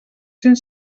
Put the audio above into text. cent